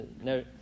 No